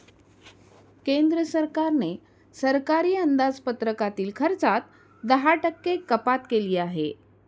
केंद्र सरकारने सरकारी अंदाजपत्रकातील खर्चात दहा टक्के कपात केली आहे